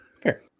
Fair